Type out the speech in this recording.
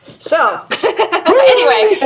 so anyway.